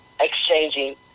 exchanging